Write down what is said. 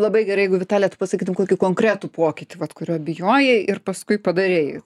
labai gerai jeigu vitalija tu pasakytum kokių konkretų pokytį kurio bijojai ir paskui padarei